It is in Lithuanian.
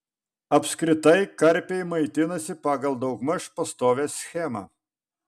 apskritai karpiai maitinasi pagal daugmaž pastovią schemą